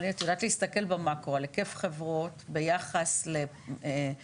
אבל את יודעת להסתכל במאקרו על היקף חברות ביחס לנתח,